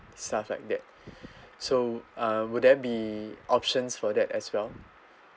stuff like that so um would there be options for that as well